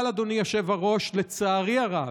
אבל, אדוני היושב-ראש, לצערי הרב,